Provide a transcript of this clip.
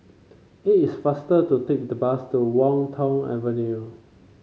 it is faster to take the bus to Wan Tho Avenue